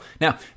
Now